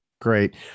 great